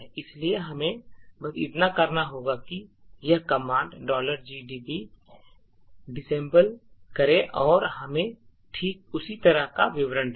इसलिए हमें बस इतना करना होगा कि यह कमांड gdb डिसेंबल करें और यह हमें ठीक उसी तरह का विवरण देगा